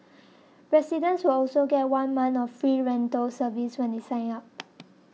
residents will also get one month of free rental service when they sign up